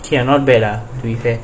okay ah not bad ah